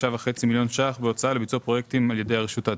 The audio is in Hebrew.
45.5 מיליון שקלים בהוצאה לביצוע פרויקטים על ידי רשות העתיקות.